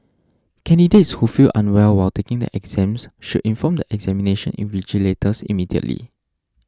candidates who feel unwell while taking the exams should inform the examination invigilators immediately